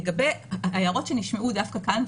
לגבי ההערות שנשמעו דווקא כאן,